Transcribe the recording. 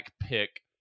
pick